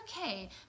okay